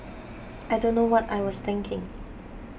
I don't know what I was thinking